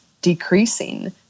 decreasing